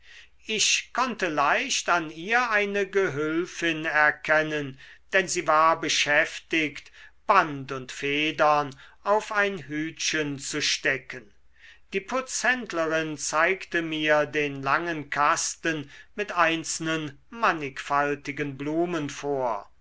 ich konnte leicht an ihr eine gehülfin erkennen denn sie war beschäftigt band und federn auf ein hütchen zu stecken die putzhändlerin zeigte mir den langen kasten mit einzelnen mannigfaltigen blumen vor